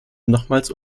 nochmals